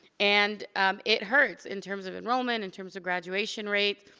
and it hurts in terms of enrollment, in terms of graduation rate.